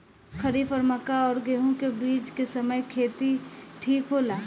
खरीफ और मक्का और गेंहू के बीच के समय खेती ठीक होला?